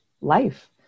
life